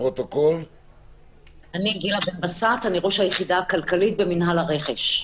אני ראש היחידה הכלכלית במינהל הרכש,